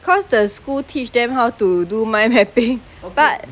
cause the school teach them how to do mind mapping but